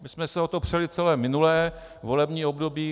My jsem se o to přeli celé minulé volební období.